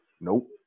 Nope